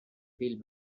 feel